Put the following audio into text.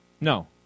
No